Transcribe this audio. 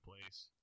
place